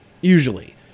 usually